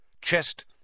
Chest